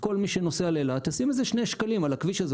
שכל מי שנוסע לאילת ישים איזה 2 ₪ על הכביש הזה.